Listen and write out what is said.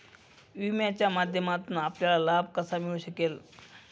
विम्याच्या माध्यमातून आपल्याला लाभ कसा मिळू शकेल?